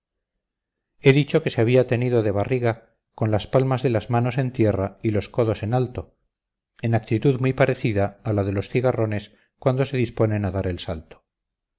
he dicho que se había tendido de barriga con las palmas de las manos en tierra y los codos en alto en actitud muy parecida a la de los cigarrones cuando se disponen a dar el salto